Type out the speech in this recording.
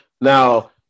now